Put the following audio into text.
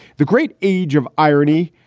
the great age of irony.